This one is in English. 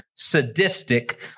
sadistic